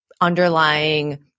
underlying